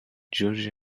george